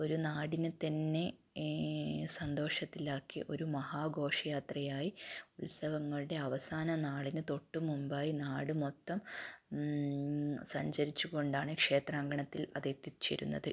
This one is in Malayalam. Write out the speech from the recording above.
ഒരു നാടിനെ തന്നെ സന്തോഷത്തിലാക്കി ഒരു മഹാഘോഷയാത്രയായി ഉത്സവങ്ങളുടെ അവസാന നാളിന് തൊട്ട് മുമ്പായി നാട് മൊത്തം സഞ്ചരിച്ച് കൊണ്ടാണ് ക്ഷേത്രാങ്കണത്തിൽ അതെത്തിച്ചേരുന്നത്